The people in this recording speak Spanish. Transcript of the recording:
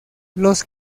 los